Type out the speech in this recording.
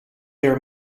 their